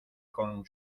con